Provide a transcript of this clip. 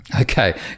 okay